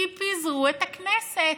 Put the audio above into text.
כי פיזרו את הכנסת.